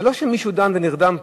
זה לא שמישהו דן ונרדם פה.